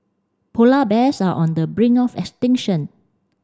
polar bears are on the brink of extinction